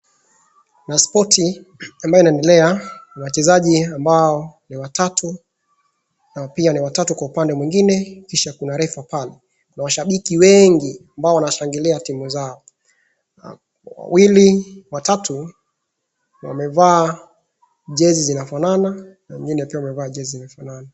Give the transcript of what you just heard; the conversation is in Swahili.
Kuna spoti ambayo inaendelea, wachezaji ambao ni watatu na pia ni watatu kwa upande mwingine. Kisha kuna refa pale. Kuna washabiki wengi ambao wanashangilia timu zao. Watatu wamevaa jezi zina fanana na wengine wakiwa wamevaa jezi zinafanana.